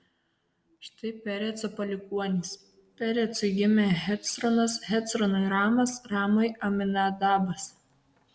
štai pereco palikuonys perecui gimė hecronas hecronui ramas ramui aminadabas